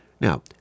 Now